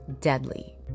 deadly